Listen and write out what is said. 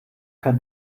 kein